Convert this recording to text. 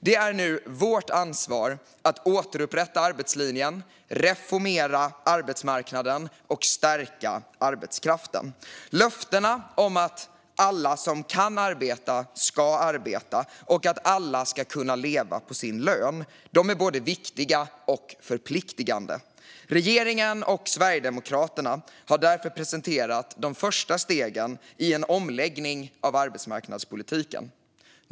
Det är nu vårt ansvar att återupprätta arbetslinjen, reformera arbetsmarknaden och stärka arbetskraften. Löftena om att alla som kan arbeta ska arbeta och att alla ska kunna leva på sin lön är både viktiga och förpliktande. Regeringen och Sverigedemokraterna har därför presenterat de första stegen i en omläggning av arbetsmarknadspolitiken.